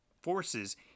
forces